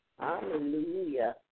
Hallelujah